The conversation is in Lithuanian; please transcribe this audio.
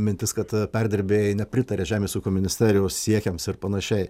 mintis kad perdirbėjai nepritaria žemės ūkio ministerijos siekiams ir panašiai